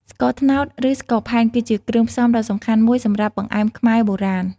ស្ករត្នោត ឬ ស្ករផែនគឺជាគ្រឿងផ្សំដ៏សំខាន់មួយសម្រាប់បង្អែមខ្មែរបុរាណ។